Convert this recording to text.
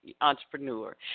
entrepreneur